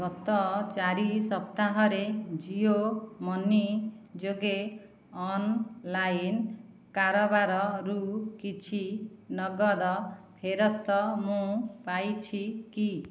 ଗତ ଚାରି ସପ୍ତାହରେ ଜିଓ ମନି ଯୋଗେ ଅନଲାଇନ କାରବାରରୁ କିଛି ନଗଦ ଫେରସ୍ତ ମୁଁ ପାଇଛି କି